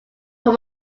from